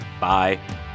Bye